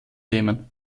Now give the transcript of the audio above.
themen